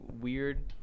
weird